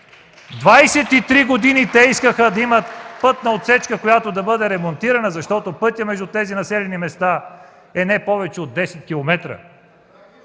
три години те искаха да имат пътна отсечка, която да бъде ремонтирана – пътят между тези населени места е не повече от 10 км!